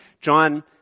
John